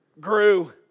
Grew